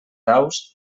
daus